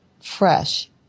fresh